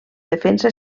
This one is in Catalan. defensa